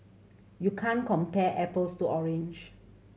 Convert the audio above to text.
you can't compare apples to orange